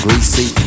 Greasy